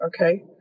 okay